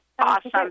Awesome